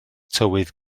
tywydd